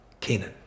Canaan